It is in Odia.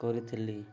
କରିଥିଲି